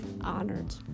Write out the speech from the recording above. Honored